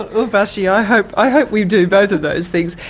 urvashi, i hope i hope we do both of those things.